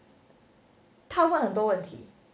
他问很多问题